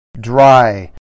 Dry